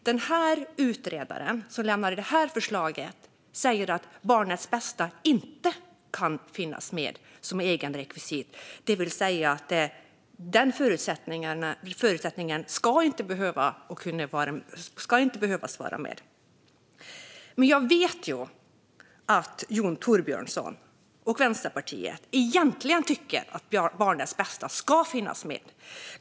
Den utredare som lade fram förslaget säger att barnets bästa inte kan finnas med som eget rekvisit där och att man därför inte ska ta hänsyn till det. Nu vet jag att Jon Thorbjörnson och Vänsterpartiet egentligen tycker att barnets bästa ska finnas med.